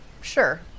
Sure